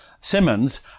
Simmons